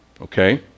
Okay